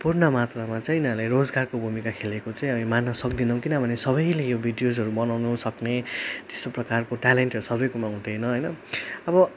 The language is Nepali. पूर्णमात्रा चाहिँ यिनीहरूले रोजगारको भूमिका खेलेको चाहिँ हामी मान्न सक्दिनौँ किनभने सबैले यो भिडियोजहरू बनाउनु सक्ने त्यस्तो प्रकारको ट्यालेन्टहरू सबैकोमा हुँदैन होइन अब